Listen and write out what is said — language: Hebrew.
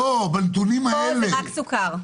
פה זה רק סוכר.